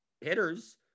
hitters